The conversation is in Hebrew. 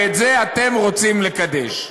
ואת זה אתם רוצים לקדש.